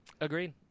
Agreed